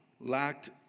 lacked